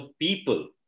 people